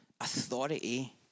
authority